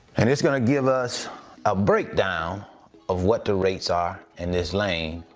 and it's gonna give us a breakdown of what the rates are in this lane,